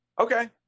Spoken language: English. okay